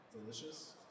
Delicious